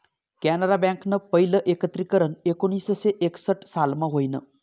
कॅनरा बँकनं पहिलं एकत्रीकरन एकोणीसशे एकसठ सालमा व्हयनं